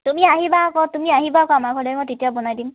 তুমি আহিবা আকৌ তুমি আহিবা আকৌ আমাৰ ঘৰলৈ মই তেতিয়া বনাই দিম